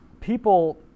people